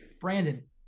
Brandon